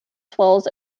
swells